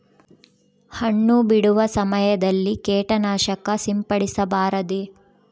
ಹಣ್ಣು ಬಿಡುವ ಸಮಯದಲ್ಲಿ ಕೇಟನಾಶಕ ಸಿಂಪಡಿಸಬಾರದೆ?